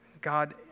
God